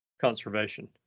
conservation